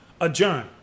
Adjourn